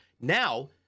Now